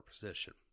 position